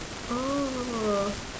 oh